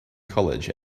college